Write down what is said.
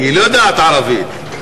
היא לא יודעת ערבית.